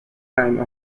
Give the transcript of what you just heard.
time